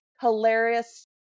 hilarious